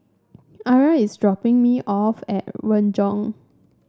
Arra is dropping me off at Renjong